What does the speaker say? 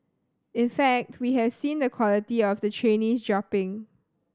in fact we have seen the quality of the trainees dropping